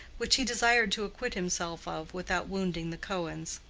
which he desired to acquit himself of without wounding the cohens.